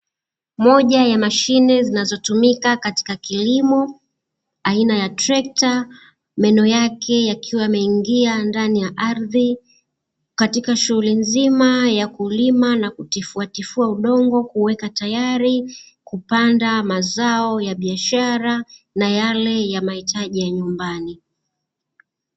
Moja ya mashine zinazotumika katika kilimo (aina ya trekta), meno yake yakiwa yamengia ndani ya ardhi katika shughuli nzima ya kulima na kutifuatifua udongo, kuuweka tayari kupanda mazao ya biashara na yale ya mahitaji ya nyumbani.